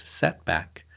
setback